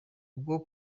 bwo